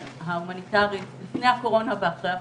ההומניטארית לפני הקורונה ואחרי הקורונה.